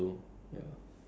one three eight